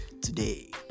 today